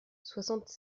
soixante